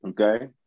Okay